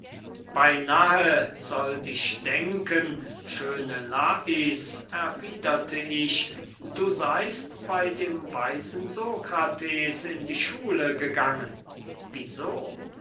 beynahe sollt ich denken schöne lais erwiederte ich du seyst bey dem weisen sokrates in die schule gegangen wie so